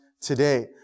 today